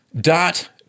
dot